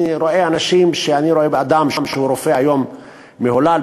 אני רואה אדם שהוא רופא מהולל היום בבית-חולים,